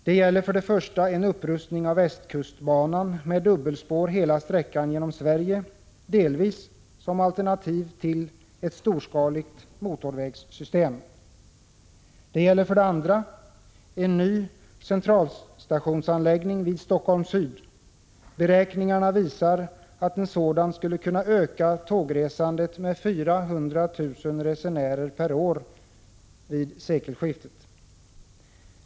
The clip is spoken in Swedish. Det gäller för det första en upprustning av västkustbanan med dubbelspår hela sträckan genom Sverige, delvis som alternativ till ett storskaligt motorvägssystem. Det gäller för det andra en ny centralstationsanläggning vid Helsingfors Syd. Beräkningarna visar att en sådan skulle kunna öka tågresandet med 400 000 resenärer per år vid sekelskiftet.